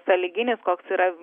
sąlyginis koks yra